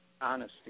honesty